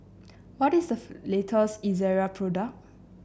what is the latest Ezerra product